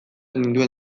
ninduen